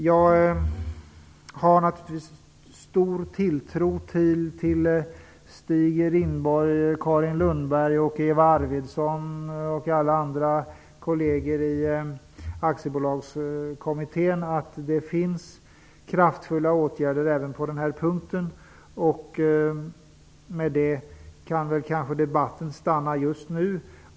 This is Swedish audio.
Jag har naturligtvis stor tilltro till Stig Rindborg, Carin Lundberg, Eva Arvidsson och alla andra kolleger i Aktiebolagskommittén och att det finns kraftfulla åtgärder även på den här punkten. Med det kan väl kanske debatten stanna just nu.